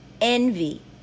envy